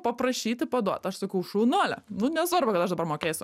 paprašyti paduot aš sakau šaunuolė nu nesvarbu kad aš dabar mokėsiu